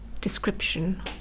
description